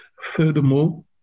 Furthermore